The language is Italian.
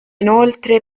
inoltre